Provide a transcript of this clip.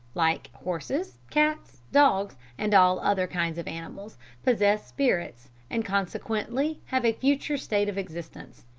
like horses, cats, dogs and all other kinds of animals, possess spirits, and consequently have a future state of existence.